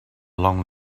long